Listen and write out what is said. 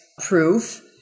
proof